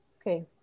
Okay